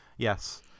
Yes